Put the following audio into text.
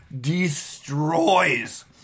destroys